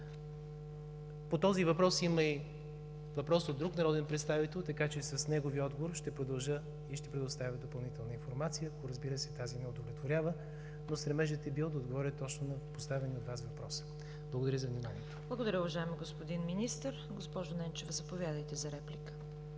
По този въпрос има и въпрос от друг народен представител, така че с неговия отговор ще продължа и ще предоставя допълнителна информация, ако, разбира се, тази не удовлетворява, но стремежът е бил да отговоря точно на поставения от Вас въпрос. Благодаря Ви за вниманието. ПРЕДСЕДАТЕЛ ЦВЕТА КАРАЯНЧЕВА: Благодаря, уважаеми господин Министър. Госпожо Ненчева, заповядайте за реплика.